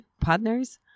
partners